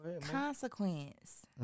consequence